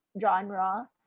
genre